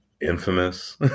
infamous